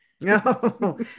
No